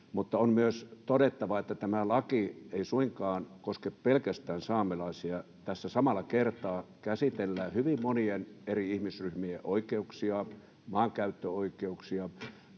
Mutta on myös todettava, että tämä laki ei suinkaan koske pelkästään saamelaisia. Tässä samalla kertaa käsitellään hyvin monien eri ihmisryhmien oikeuksia, maankäyttöoikeuksia,